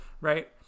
right